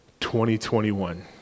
2021